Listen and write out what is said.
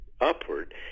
upward